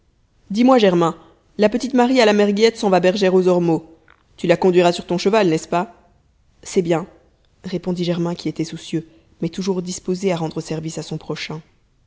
dismoi germain la petite marie à la mère guillette s'en va bergère aux ormeaux tu la conduiras sur ton cheval n'est-ce pas c'est bien répondit germain qui était soucieux mais toujours disposé à rendre service à son prochain